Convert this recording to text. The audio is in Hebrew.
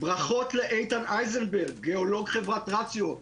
ברכות לו, גיאולוג חברת רציו.